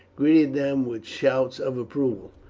greeted them with shouts of approval.